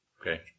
Okay